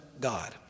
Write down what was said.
God